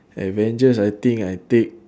avengers I think I take